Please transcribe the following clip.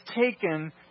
taken